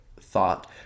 thought